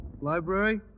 Library